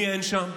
מי אין שם?